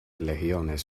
legiones